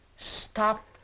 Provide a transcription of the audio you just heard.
Stop